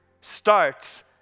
starts